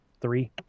three